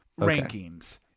rankings